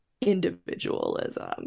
individualism